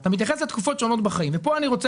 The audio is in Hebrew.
אתה מתייחס לתקופות שונות בחיים וכאן אני רוצה,